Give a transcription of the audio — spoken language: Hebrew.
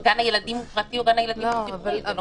אם גן הילדים הוא פרטי או גן הילדים הוא ציבורי זה לא משנה.